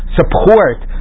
support